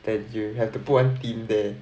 then you have to put one theme there